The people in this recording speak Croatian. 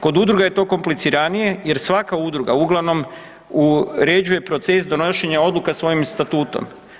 Kod udruga je to kompliciranije jer svaka udruga, uglavnom uređuje proces donošenja odluka svojim statutom.